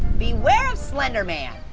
beware of slender man.